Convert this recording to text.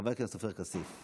חבר הכנסת עופר כסיף.